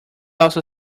also